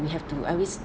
we have to every